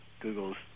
Google's